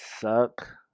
suck